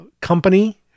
company